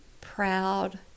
proud